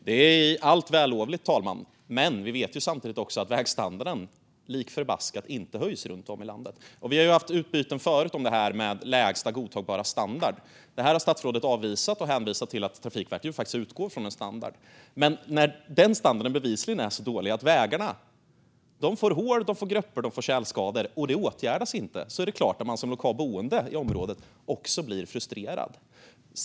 Fru talman! Det är i allt vällovligt, men vi vet samtidigt att vägstandarden lik förbaskat inte höjs runt om i landet. Vi har haft utbyten förut om lägsta godtagbara standard. Det har statsrådet avvisat, och han har hänvisat till att Trafikverket faktiskt utgår från en standard. Men när den standarden bevisligen är så dålig att vägarna får hål, gropar och tjälskador och det inte åtgärdas är det klart att man som boende i området blir frustrerad.